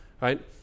right